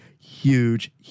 huge